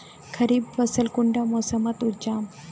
खरीफ फसल कुंडा मोसमोत उपजाम?